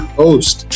host